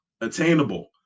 attainable